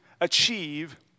achieve